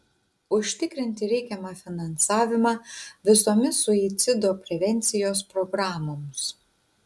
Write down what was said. užtikrinti reikiamą finansavimą visomis suicido prevencijos programoms